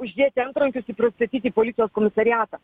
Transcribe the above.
uždėti antrankius ir pristatyti į policijos komisariatą